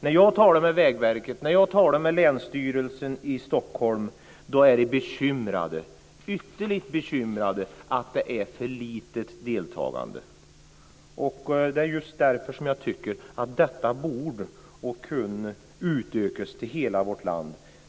När jag talar med Vägverket och med Länsstyrelsen i Stockholm är de bekymrade - ytterligt bekymrade - över att deltagandet är för litet. Det är just därför jag tycker att detta borde och skulle kunna utökas till hela vårt land.